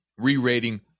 Re-rating